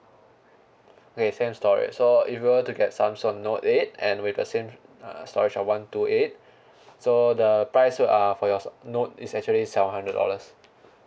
okay same storage so if you want to get Samsung note eight and with the same uh storage of one two eight so the price for uh for your s~ uh note is actually seven hundred dollars